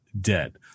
dead